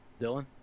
Dylan